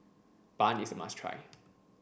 bun is a must try